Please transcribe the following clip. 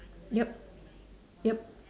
yup yup